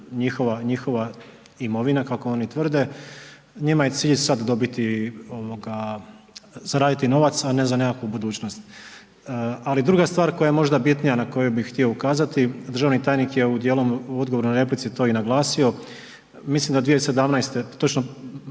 njihova imovina kako oni tvrde, njima je cilj sad dobiti, zaraditi novac a ne za nekakvu budućnost. Ali druga stvar koja je možda bitnija, na koju bi htio ukazati, državni tajnik je djelom odgovora na replici to i naglasio, mislim da 2017.,